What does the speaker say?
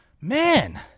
man